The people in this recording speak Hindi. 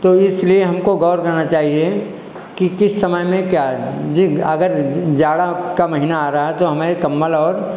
तो इसलिए हमको गौर करना चाहिए कि किस समय में क्या अगर जाड़ा का महीना आ रहा है तो हमें कंबल और